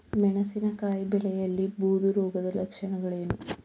ಮೆಣಸಿನಕಾಯಿ ಬೆಳೆಯಲ್ಲಿ ಬೂದು ರೋಗದ ಲಕ್ಷಣಗಳೇನು?